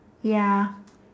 ya